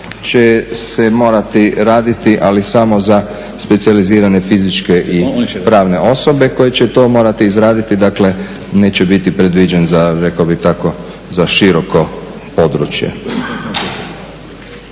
će se morati raditi ali samo za specijalizirane fizičke i pravne osobe koje će to morati izraditi, dakle neće biti predviđen za rekao bi tako za široko područje.